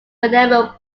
whenever